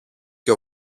και